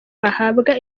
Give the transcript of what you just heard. bahabwa